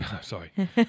Sorry